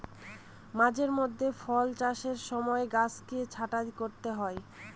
মাঝে মধ্যে ফল চাষের সময় গাছকে ছাঁটতে হয়